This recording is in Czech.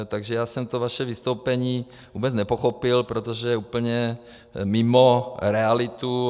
Takže já jsem to vaše vystoupení vůbec nepochopil, protože je úplně mimo realitu.